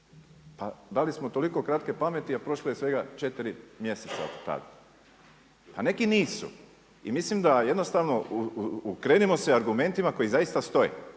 Pa da li smo toliko kratke pameti a prošle je svega 4 mjeseca od tad? Pa neki nisu i mislim da jednostavno, okrenimo se argumentima koji zaista stoje,